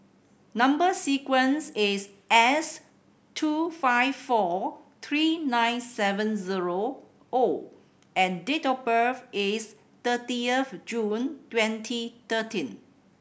number sequence is S two five four three nine seven zero O and date of birth is thirty of June twenty thirteen